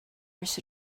ers